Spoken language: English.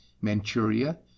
Manchuria